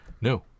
No